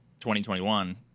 2021